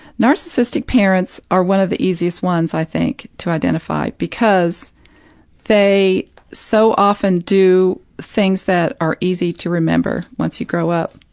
narcissistic parents are one of the easiest ones, i think, to identify because they so often do things that are easy to remember once you grow up.